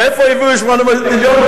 מאיפה הביאו 800 מיליון?